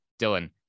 Dylan